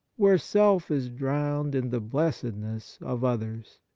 where self is drowned in the blessedness of others.